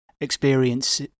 experience